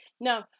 Now